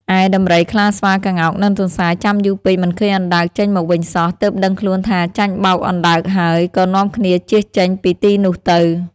ឯដំរី ខ្លា ស្វា ក្ងោក និងទន្សាយ ចាំយូរពេកមិនឃើញអណ្ដើកចេញមកវិញសោះ ទើបដឹងខ្លួនថាចាញ់បោកអណ្ដើកហើយ ក៏នាំគ្នាជៀសចេញពីទីនោះទៅ។